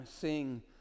sing